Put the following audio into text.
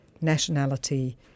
nationality